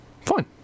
Fine